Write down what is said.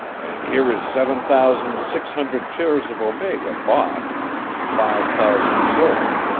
and here is seven thousand six hundred shares of omega bought and five thousand sold.